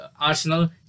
Arsenal